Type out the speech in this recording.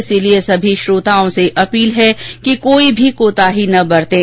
इसलिए सभी श्रोताओं से अपील है कि कोई भी कोताही न बरतें